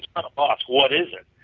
a boss, what is it?